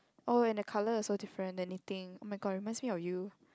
oh and the colour so different anything oh-my-god it reminds me of you